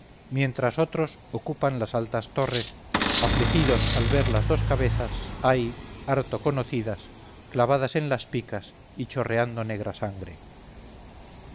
mientras otros ocupan las altas torres afligidos al ver las dos cabezas ay harto conocidas clavadas en las picas y chorreando negra sangre